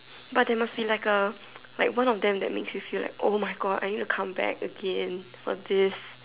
but there must be like a like one of them that makes you feel like oh my God I need to come back again for this